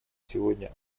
сегодня